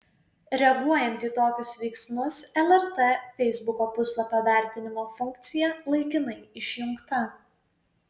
reaguojant į tokius veiksmus lrt feisbuko puslapio vertinimo funkcija laikinai išjungta